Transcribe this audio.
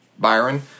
Byron